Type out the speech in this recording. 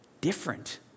different